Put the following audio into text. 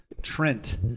Trent